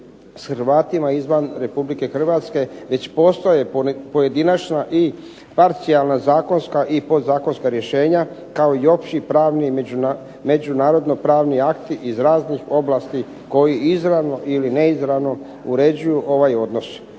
s Hrvatima izvan Republike Hrvatske već postoje pojedinačna i parcijalna zakonska i podzakonska rješenja kao i opći pravni i međunarodno pravni akti iz raznih oblasti koji izravno ili ne izravno uređuju ovaj odnos.